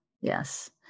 yes